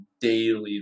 daily